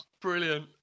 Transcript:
Brilliant